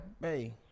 Hey